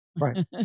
Right